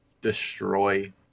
destroy